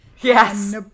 Yes